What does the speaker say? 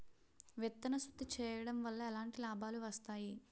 విత్తన శుద్ధి చేయడం వల్ల ఎలాంటి లాభాలు వస్తాయి?